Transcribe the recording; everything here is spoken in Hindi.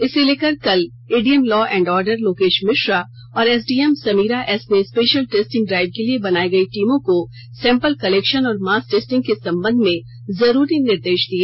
इसे लेकर कल ADM law and order Lokesh Mishra और एसडीएम समीरा एस ने स्पेशल टेस्टिंग ड्राइव के लिए बनाई गई टीमों को सैंपल कलेक्शन और मास टेस्टिंग के संबंध में जरूरी निर्देश दिए